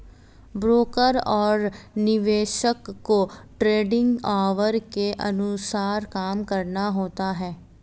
broker और निवेशक को ट्रेडिंग ऑवर के अनुसार काम करना होता है